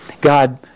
God